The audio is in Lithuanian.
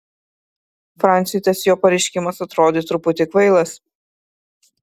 franciui tas jo pareiškimas atrodė truputį kvailas